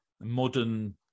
modern